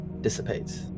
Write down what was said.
dissipates